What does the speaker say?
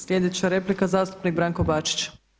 Sljedeća replika zastupnik Branko Bačić.